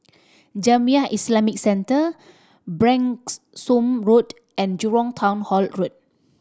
Jamiyah Islamic Centre Branksome Road and Jurong Town Hall Road